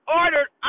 ordered